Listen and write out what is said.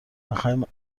میخواییم